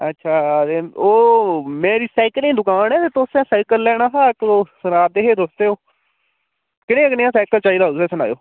अच्छा ओह् मेरी साईकलें दी दुकान ऐ तुसें साईकल लैना हा इक सना'रदे हे तुस कनेहा कनेहा साईकल चाहिदा तुसेंगी सनाएयो